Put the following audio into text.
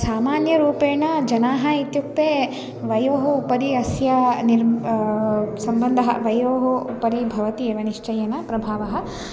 सामान्यरूपेण जनाः इत्युक्ते वयः उपरि अस्य निम् सम्बन्धः वयः उपरि भवति एव निश्चयेन प्रभावः